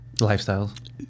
lifestyles